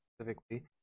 specifically